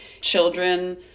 children